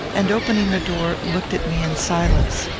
and, opening the door, looked at me in silence.